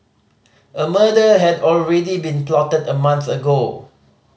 a murder had already been plotted a month ago